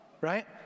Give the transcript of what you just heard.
right